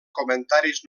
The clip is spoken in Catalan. comentaris